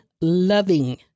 loving